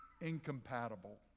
incompatible